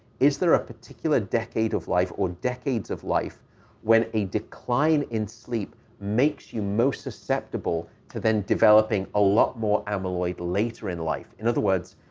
is there a particular decade of life or decades of life when a decline in sleep makes you most susceptible to then developing a lot more amyloid later in life? in other words,